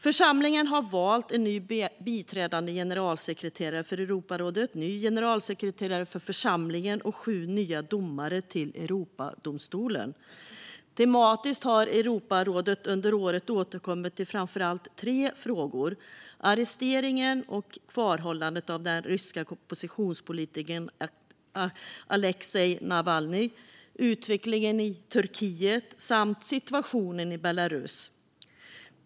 Församlingen har valt en ny biträdande generalsekreterare för Europarådet, ny generalsekreterare för församlingen och sju nya domare till Europadomstolen. Tematiskt har Europarådet under året återkommit till framför allt tre frågor: arresteringen och kvarhållandet av den ryska oppositionspolitikern Aleksej Navalnyj, utvecklingen i Turkiet samt situationen i Belarus.